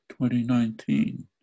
2019